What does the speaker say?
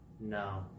No